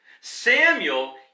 Samuel